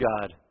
God